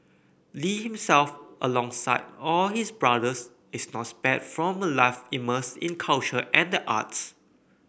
Lee himself alongside all his brothers is not spared from a life immersed in culture and the arts